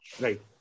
Right